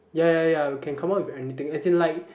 ya ya ya we can come up with anything as in like